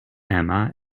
emma